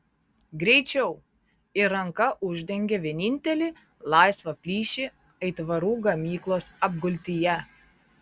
greičiau ir ranka uždengė vienintelį laisvą plyšį aitvarų gamyklos apgultyje